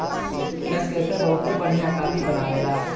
Nescafe बहुते बढ़िया coffee बनावेला